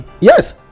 yes